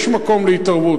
יש מקום להתערבות.